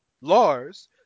Lars